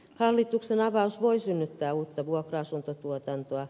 hallituksen avaus voi synnyttää uutta vuokra asuntotuotantoa